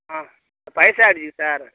ஆ பழசாயிடிச்சிங்க சார்